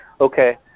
Okay